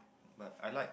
but I like